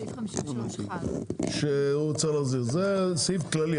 זה סעיף כללי.